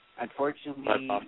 Unfortunately